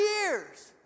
years